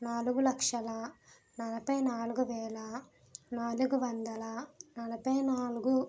నాలుగు లక్షల నలభై నాలుగు వేల నాలుగు వందల నలభై నాలుగు